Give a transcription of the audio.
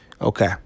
Okay